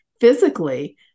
physically